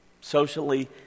socially